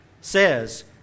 says